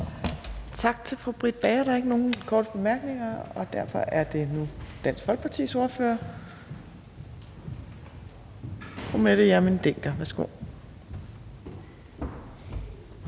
Tak til fru Britt Bager. Der er ikke nogen korte bemærkninger, og derfor er det nu Dansk Folkepartis ordfører. Fru Mette Hjermind Dencker, værsgo.